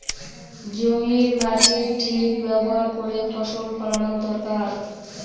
জমির মাটির ঠিক ব্যবহার করে ফসল ফলানো দরকার